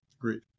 Great